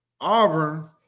Auburn